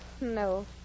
No